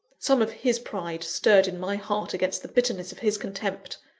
some of his pride stirred in my heart against the bitterness of his contempt.